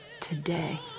today